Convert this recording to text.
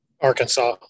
Arkansas